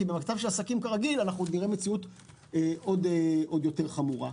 כי במצב של עסקים כרגיל נראה מציאות עוד יותר חמורה.